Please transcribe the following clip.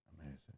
Amazing